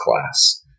class